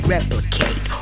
Replicate